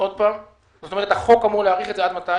זאת אומרת, החוק אמור להאריך את זה עד מתי?